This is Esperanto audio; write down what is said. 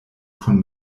kun